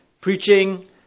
preaching